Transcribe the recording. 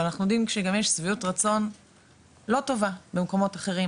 אבל אנחנו גם יודעים שיש שביעות רצון לא טובה במקומות אחרים,